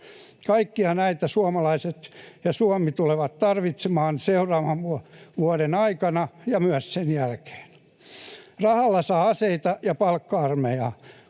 Kaikkia näitä suomalaiset ja Suomi tulevat tarvitsemaan seuraavan vuoden aikana ja myös sen jälkeen. Rahalla saa aseita ja palkka-armeijaa,